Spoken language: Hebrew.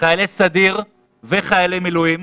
חיילי סדיר וחיילי מילואים,